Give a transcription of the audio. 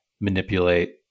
manipulate